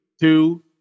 two